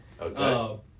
Okay